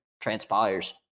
transpires